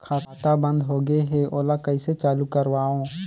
खाता बन्द होगे है ओला कइसे चालू करवाओ?